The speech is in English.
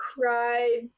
cried